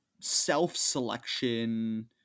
self-selection